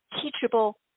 teachable